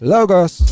Logos